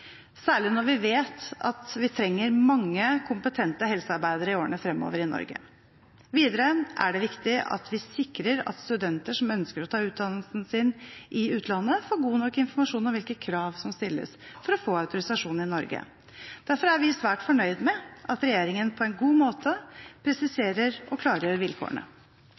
særlig når vi vet at vi trenger mange, kompetente helsearbeidere i årene framover i Norge. Videre er det viktig av at vi sikrer at studenter som ønsker å ta utdannelsen sin i utlandet, får god nok informasjon om hvilke krav som stilles for få autorisasjon i Norge. Derfor er vi svært fornøyd med at regjeringen på en god måte presiserer og klargjør vilkårene.